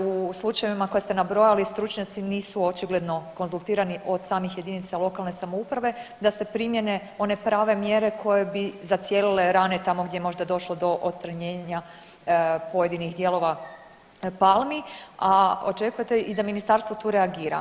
U slučajevima koje ste nabrojali stručnjaci nisu očigledno konzultirani od samih jedinica lokalne samouprave da se primjene one prave mjere koje bi zacijelile rane tamo gdje je možda došlo do odstranjenja pojedinih dijelova palmi, a očekujete da i ministarstvo tu reagira.